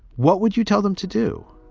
what would you tell them to do?